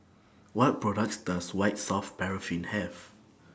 What products Does White Soft Paraffin Have